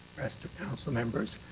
rest of council members,